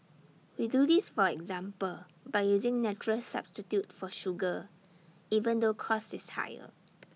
we do this for example by using natural substitute for sugar even though cost is higher